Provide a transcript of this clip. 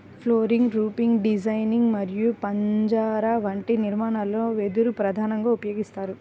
flooring, roofing designing మరియు పరంజా వంటి నిర్మాణాలలో వెదురు ప్రధానంగా ఉపయోగిస్తారు